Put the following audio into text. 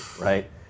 right